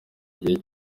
igihe